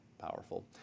powerful